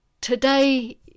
Today